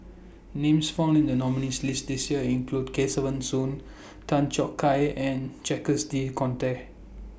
Names found in The nominees' list This Year include Kesavan Soon Tan Choo Kai and Jacques De Coutre